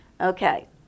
Okay